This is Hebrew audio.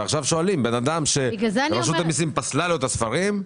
ועכשיו שואלים: אדם שרשות המיסים פסלה לו את הספרים,